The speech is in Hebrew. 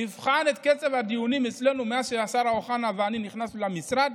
תבחן את קצב הדיונים אצלנו מאז שהשר אוחנה ואני נכנסנו למשרד.